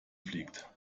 fliegt